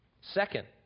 second